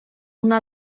una